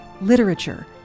literature